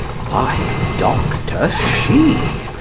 why, doctor she!